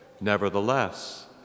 Nevertheless